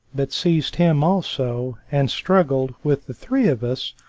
but seized him also, and struggled with the three of us,